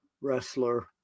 wrestler